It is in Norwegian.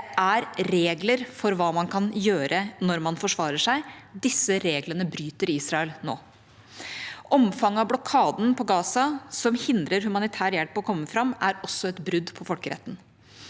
Det er regler for hva man kan gjøre når man forsvarer seg. Disse reglene bryter Israel nå. Omfanget av blokaden av Gaza, som hindrer humanitær hjelp i å komme fram, er også et brudd på folkeretten.